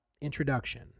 introduction